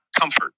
comfort